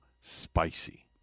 spicy